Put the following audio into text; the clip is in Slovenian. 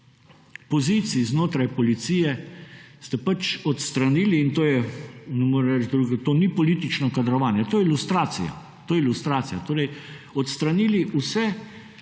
pozicij znotraj policije ste pač odstranili in moram reči to ni politično kadrovanje to je ilustracija. Torej odstranili vse